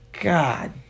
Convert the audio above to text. God